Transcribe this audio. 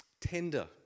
tender